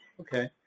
Okay